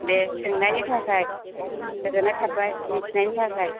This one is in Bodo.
दे सोंनायनि थाखाय गोजोननाय थाबाय मिथिनायनि थाखाय